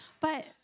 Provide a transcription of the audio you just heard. But-